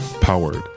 Powered